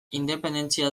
independentzia